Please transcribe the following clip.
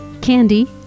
Candy